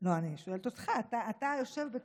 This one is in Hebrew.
לא, אני שואלת אותך.